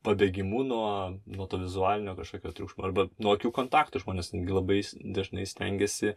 pabėgimu nuo nuo to vizualinio kažkokio triukšmo arba nuo akių kontakto žmonės labai dažnai stengiasi